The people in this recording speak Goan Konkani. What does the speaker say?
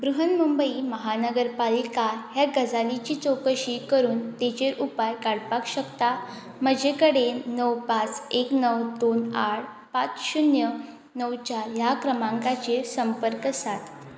बृहन मुंबई म्हानगर पालिका हे गजालीची चवकशी करून ताचेेर उपाय काडपाक शकता म्हजे कडेन णव पांच एक णव दोन आठ पांच शुन्य णव चार ह्या क्रमांकाचेर संपर्क साद